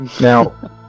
Now